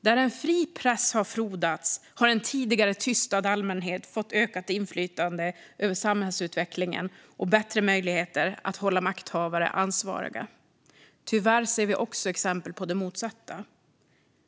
Där en fri press har frodats har en tidigare tystad allmänhet fått ökat inflytande över samhällsutvecklingen och bättre möjligheter att hålla makthavare ansvariga. Tyvärr ser vi också exempel på det motsatta.